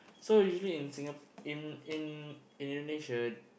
so usually in Singap~ in in Indonesia